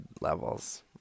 levels